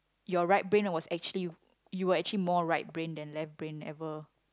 your right brain was actually you were actually more right brain than left brain ever